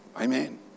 Amen